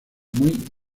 muy